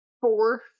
four